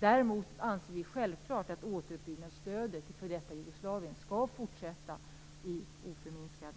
Däremot anser vi självfallet att återuppbyggnadsstödet till f.d. Jugoslavien skall fortsätta oförminskat.